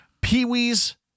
Pee-wee's